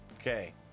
Okay